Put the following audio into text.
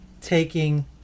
taking